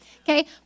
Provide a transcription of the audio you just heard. Okay